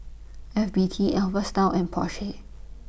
F B T Alpha Style and Porsche